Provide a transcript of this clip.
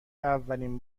اولین